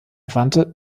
wandte